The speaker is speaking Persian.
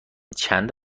چند